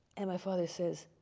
and my father says,